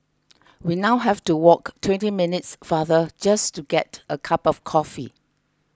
we now have to walk twenty minutes farther just to get a cup of coffee